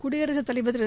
குடியரசுத் தலைவர் திரு